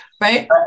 right